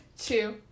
two